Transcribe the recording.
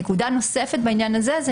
נקודה נוספת בעניין הזה,